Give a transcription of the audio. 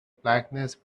blackness